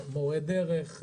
מורי דרך,